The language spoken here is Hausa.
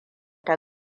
ta